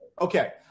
Okay